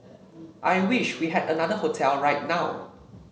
I wish we had another hotel right now